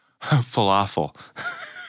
Falafel